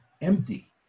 empty